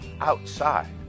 outside